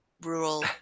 rural